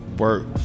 work